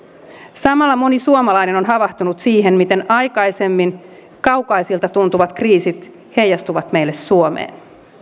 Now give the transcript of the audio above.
samalla moni suomalainen on havahtunut siihen miten aikaisemmin kaukaisilta tuntuvat kriisit heijastuvat meille suomeen